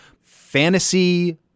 fantasy